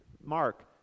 Mark